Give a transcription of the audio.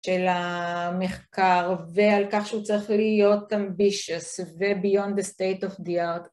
של המחקר ועל כך שהוא צריך להיות ambitious and beyond the state of the art